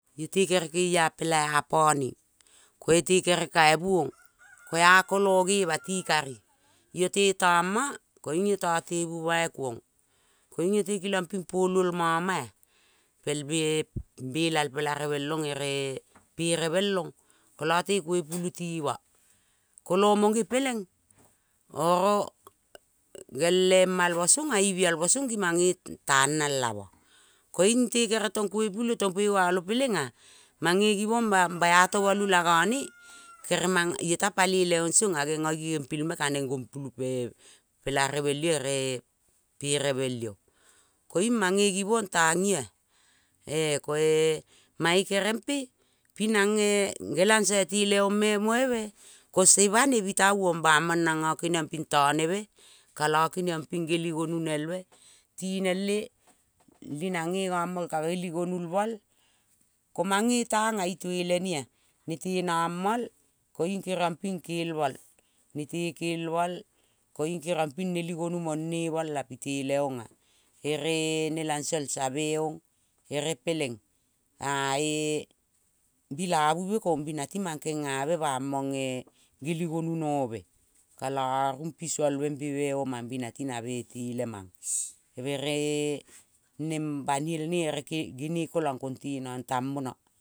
Iote kere keapela apone ko iete kere kaivu ong ko-a kolo gema ti kari iote tama koiung iota tovuvai kuong. Koiung keliang ping puololma mua be pel bela el polaverelong ere perevelong kola te koipulu tima. Kolo monge peleng oro el emal ma songa ivia el mo song ging mange tang nang la mua. Koiung te kere tong kuepulu tong puegalo pelenga mange givong bai a tomalu la gane kere manga iota palei song-a genga gi gempilme kaneng gongpulu pelaverel io ere perevel io. Koiung mange givong tang ioa. E-koe mange kereng pe ping nange gelangso tele ong me ko se bane bitavong bamang nanga kingiong ping tone be kola kegiong ping geli gonu nel be. Tinel le ling nange gamal ka ngeli gonulmol ko mange tanga itelenea, nete namal koiung keriong ping kel mol, nete kel mol koiung keriong ping neli gonu mone mol-a. Piteleong-a ere nelangsol save e-ong oro peleng ae bilavu be kong bi nati mang kengabe bamang-e geli gonu nobe kola rumpi sualve be me omang bi nati nabe itelemang. Ere neng baniel ne ere gene kolang konte nang tambona.